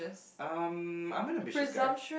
um I'm an ambitious guy